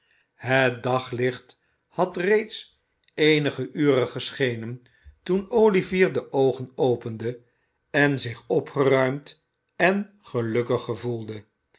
het daglicht had reeds eenige uren geschenen toen olivier de oogen opende en zich opgeruimd en gelukkig gevoelde